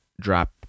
drop